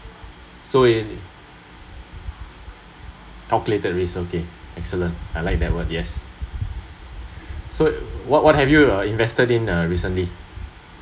so in calculated risk okay excellent I like that word yes so what what have you uh invested in recently